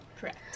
Correct